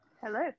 Hello